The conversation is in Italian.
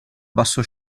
basso